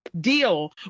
deal